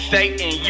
Satan